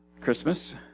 Christmas